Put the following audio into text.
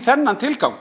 þennan tilgang.